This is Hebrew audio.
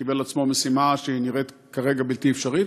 שקיבל על עצמו משימה שנראית כרגע בלתי אפשרית,